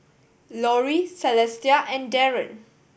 Lori Celestia and Daren